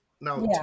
Now